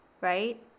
right